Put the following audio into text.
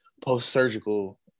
post-surgical